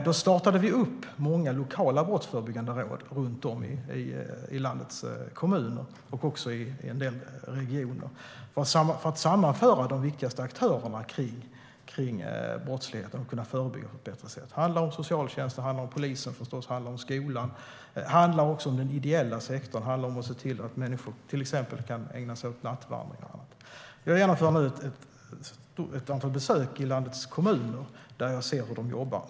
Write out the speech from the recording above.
Då startade vi upp många lokala brottsförebyggande råd runt om i landets kommuner och regioner för att sammanföra de viktigaste aktörerna i det brottsförebyggande arbetet. Det handlar om polis, socialtjänst och skola. Det handlar också om den ideella sektorn så att människor till exempel kan ägna sig åt nattvandring och annat. Jag genomför nu ett antal besök i landets kommuner där jag ser på hur de jobbar.